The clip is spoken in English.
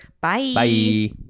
Bye